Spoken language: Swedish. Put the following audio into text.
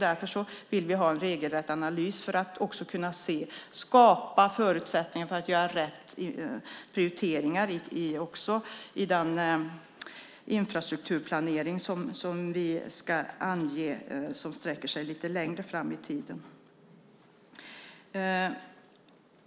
Därför vill vi ha en regelrätt analys för att också kunna skapa förutsättningar för att göra rätta prioriteringarna i den infrastrukturplanering som vi ska ange och som sträcker sig lite längre fram i tiden.